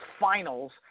Finals –